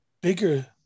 bigger